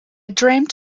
dreamt